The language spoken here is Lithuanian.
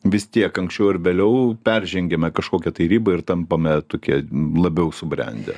vis tiek anksčiau ar vėliau peržengiame kažkokią tai ribą ir tampame tokie labiau subrendę